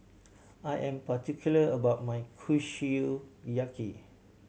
I am particular about my Kushiyaki